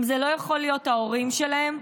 אם זה לא יכול להיות ההורים שלהם,